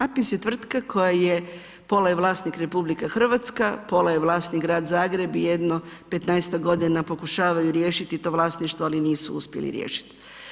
APIS je tvrtka koja je pola je vlasnik RH, pola je vlasnik grad Zagreb i jedno 15-ak godina pokušavaju riješiti to vlasništvo ali nisu uspjeli riješit.